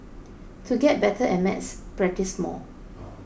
to get better at maths practise more